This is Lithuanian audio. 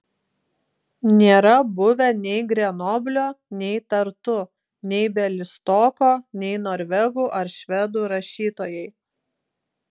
nėra buvę nei grenoblio nei tartu nei bialystoko nei norvegų ar švedų rašytojai